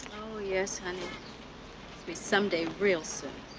oh, yes, honey. it will be someday real soon.